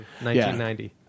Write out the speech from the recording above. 1990